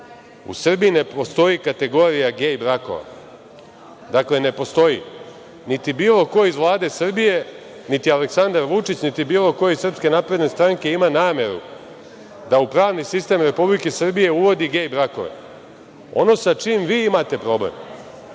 U Srbiji ne postoji kategorija gej brakova. Dakle, ne postoji, niti bilo ko iz Vlade Srbije, niti Aleksandar Vučić, niti bilo ko iz SNS ima nameru da u pravni sistem Republike Srbije uvodi gej brakove. Ono sa čim vi imate problem,